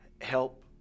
help